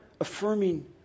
affirming